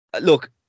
look